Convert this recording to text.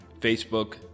Facebook